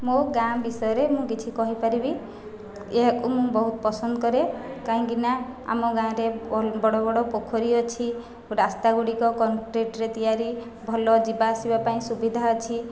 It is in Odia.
ମୋ' ଗାଁ ବିଷୟରେ ମୁଁ କିଛି କହିପାରିବି ଏହାକୁ ମୁଁ ବହୁତ ପସନ୍ଦ କରେ କାହିଁକି ନା ଆମ ଗାଁରେ ଭଲ ବଡ଼ ବଡ଼ ପୋଖରୀ ଅଛି ରାସ୍ତା ଗୁଡ଼ିକ କଂକ୍ରିଟରେ ତିଆରି ଭଲ ଯିବା ଆସିବା ପାଇଁ ସୁବିଧା ଅଛି